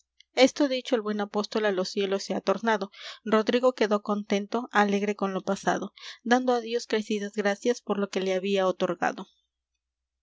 contado esto dicho el buen apóstol á los cielos se ha tornado rodrigo quedó contento alegre con lo pasado dando á dios crecidas gracias por lo que le había otorgado